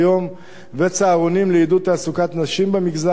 וצהרונים לעידוד תעסוקת נשים במגזר,